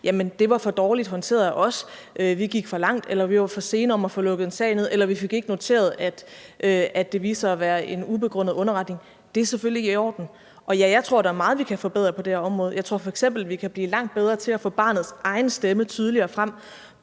sagt: Det var for dårligt håndteret af os; vi gik for langt, eller vi var for langsomme til at få lukket en sag ned, eller vi fik ikke noteret, at det viste sig at være en ubegrundet underretning. Det er selvfølgelig ikke i orden. Jeg tror, der er meget, vi kan forbedre på det her område. Jeg tror f.eks., at vi kan blive langt bedre til at få barnets egen stemme tydeligere frem.